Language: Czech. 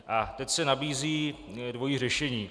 A teď se nabízí dvojí řešení.